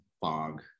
fog